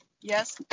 yes